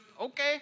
okay